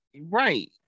Right